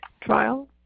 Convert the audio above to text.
trial